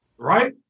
Right